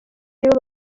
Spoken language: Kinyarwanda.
aribo